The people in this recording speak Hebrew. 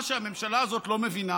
מה שהממשלה הזאת לא מבינה,